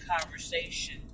conversation